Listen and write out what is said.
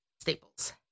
staples